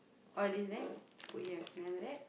put here then after that